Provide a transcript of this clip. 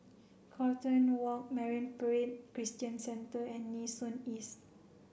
Carlton Walk Marine Parade Christian Centre and Nee Soon East